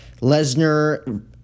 Lesnar